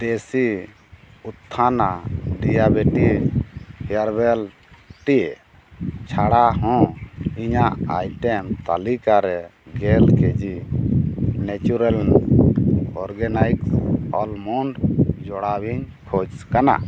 ᱫᱮᱥᱤ ᱩᱛᱛᱷᱟᱱᱟ diabetic hair ᱣᱮᱞ ᱴᱤ ᱪᱷᱟᱲᱟ ᱦᱚᱸ ᱤᱧᱟᱹᱜ ᱟᱭᱴᱮᱢ ᱛᱟᱞᱤᱠᱟ ᱨᱮ ᱜᱮᱞ ᱠᱤᱡᱤ ᱱᱮᱪᱚᱨᱮᱞ ᱚᱨᱜᱟᱱᱟᱭᱤᱠᱥ ᱚᱞᱢᱚᱱᱰᱥ ᱡᱚᱲᱟᱣᱤᱧ ᱠᱷᱚᱡᱽ ᱠᱟᱱᱟ